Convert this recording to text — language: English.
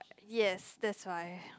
yes that's why